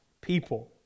people